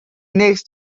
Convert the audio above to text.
next